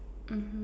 mmhmm